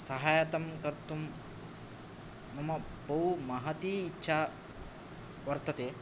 सहायतां कर्तुं मम बहु महती इच्छा वर्तते